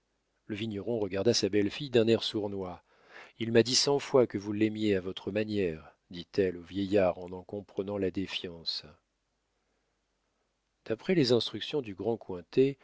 le vigneron regarda sa belle-fille d'un air sournois il m'a dit cent fois que vous l'aimiez à votre manière dit-elle au vieillard en en comprenant la défiance d'après les instructions du grand